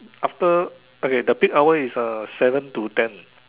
after okay the peak hour is uh seven to ten